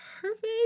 perfect